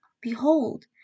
Behold